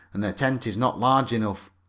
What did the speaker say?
and the tent is not large enough.